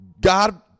God